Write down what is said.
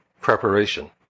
preparation